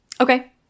Okay